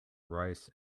rice